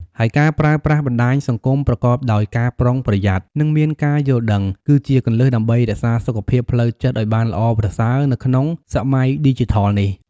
ហើយការប្រើប្រាស់បណ្តាញសង្គមប្រកបដោយការប្រុងប្រយ័ត្ន និងមានការយល់ដឹង គឺជាគន្លឹះដើម្បីរក្សាសុខភាពផ្លូវចិត្តឲ្យបានល្អប្រសើរនៅក្នុងសម័យឌីជីថលនេះ។